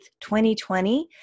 2020